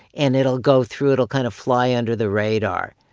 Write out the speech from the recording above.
and it'll go through. it'll kind of fly under the radar.